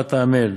ובתורה אתה עמל,